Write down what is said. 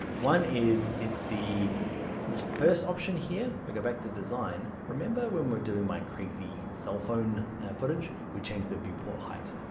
one is, it's the this first option here, if i go back to design. remember, when we were doing my crazy cell phone footage. we changed the viewport height.